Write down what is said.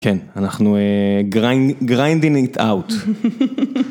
כן, אנחנו grinding it out.